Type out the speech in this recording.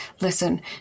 Listen